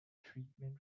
treatment